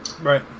Right